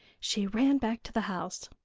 she ran back to the house.